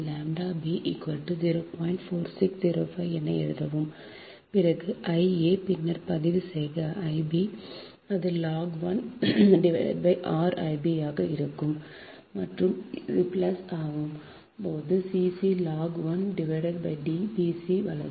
4605 என எழுதவும் பிறகு I a பின்னர் பதிவு செய்க I b அது log 1 r I b ஆக இருக்கும் மற்றும் அது பிளஸ் ஆகும்போது c c log 1 D bc வலது